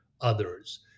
others